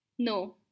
No